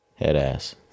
Headass